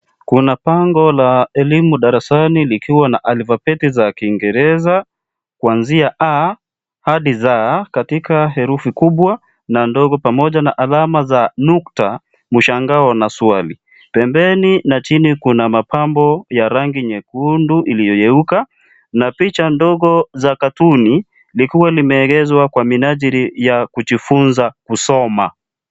Kuna bango la elimu darasa likiwa na alfabeti za kiingereza kuanzia A hadi Z, katika herufi kubwa na ndogo, pamoja na alama za nukta, mshangao na swali. Pembeni na chini kuna mapambo ya rangi nyekundu iliyoyeyuka, na picha ndogo za cartoon likiwa limeegezwa kwa minajili ya kujifunza kusoma.